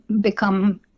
become